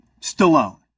Stallone